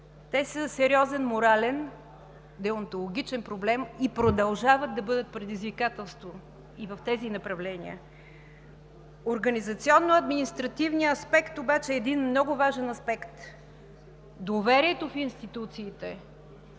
Те са сериозен морален, деонтологичен проблем и продължават да бъдат предизвикателство и в тези направления. Организационно-административният аспект обаче е един много важен аспект. Доверието в институциите,